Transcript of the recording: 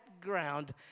ground